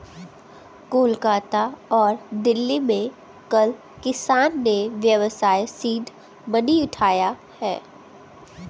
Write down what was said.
कोलकाता और दिल्ली में कल किसान ने व्यवसाय सीड मनी उठाया है